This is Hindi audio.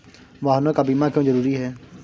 वाहनों का बीमा क्यो जरूरी है?